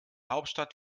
hauptstadt